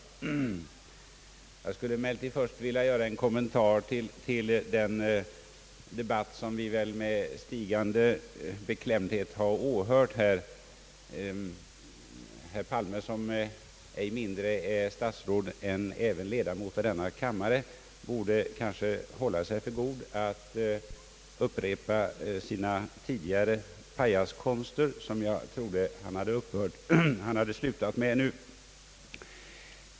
Först skulle jag dock vilja göra en kommentar till den debatt, som vi väl med stigande beklämdhet har åhört här. Herr Palme, som ej mindre är statsråd än även ledamot av denna kammare, borde hålla sig för god att upprepa sina tidigare pajaskonster, som jag trodde han hade slutat med nu.